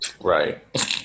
Right